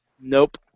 Nope